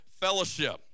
fellowship